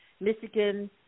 Michigan